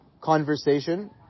conversation